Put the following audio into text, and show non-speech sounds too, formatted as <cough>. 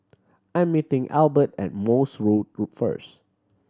I'm meeting Elbert at Morse Road <unintelligible> first